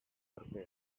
sugar